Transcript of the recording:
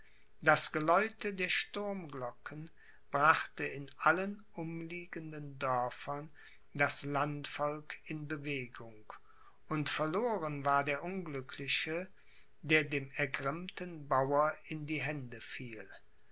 das geläute der sturmglocken brachte in allen umliegenden dörfern das landvolk in bewegung und verloren war der unglückliche der dem ergrimmten bauer in die hände fiel